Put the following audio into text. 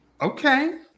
Okay